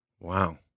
Wow